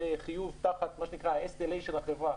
זה חיוב תחת ה-SLA של החברה,